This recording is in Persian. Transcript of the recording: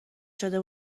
شده